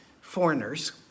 foreigners